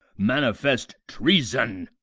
manifest treason!